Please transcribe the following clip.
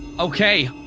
okay,